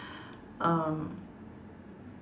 um